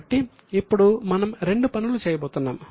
కాబట్టి ఇప్పుడు మనం రెండు పనులు చేయబోతున్నాం